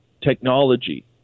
technology